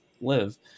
live